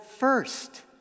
first